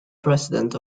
precedent